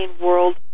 world